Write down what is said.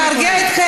אתה שב בשקט.